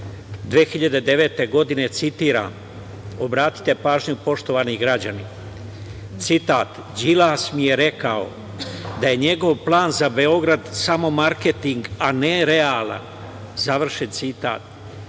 2009. godine, citiram, obratite pažnju, poštovani građani, citat: „Đilas mi je rekao da je njegov plan za Beograd samo marketing, a ne realan“. Završen citat.